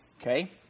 okay